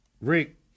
Rick